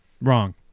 Wrong